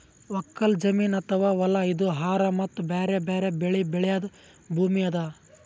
ಒಕ್ಕಲ್ ಜಮೀನ್ ಅಥವಾ ಹೊಲಾ ಇದು ಆಹಾರ್ ಮತ್ತ್ ಬ್ಯಾರೆ ಬ್ಯಾರೆ ಬೆಳಿ ಬೆಳ್ಯಾದ್ ಭೂಮಿ ಅದಾ